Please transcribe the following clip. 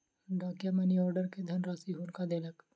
डाकिया money order के धनराशि हुनका देलक